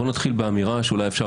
בואו נתחיל באמירה שאולי אפשר